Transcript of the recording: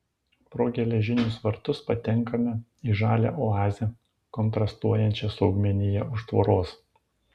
pro geležinius vartus patenkame į žalią oazę kontrastuojančią su augmenija už tvoros